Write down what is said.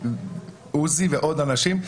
עוזי ועוד אנשים,